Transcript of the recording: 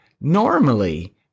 normally